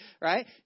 right